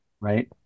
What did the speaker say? Right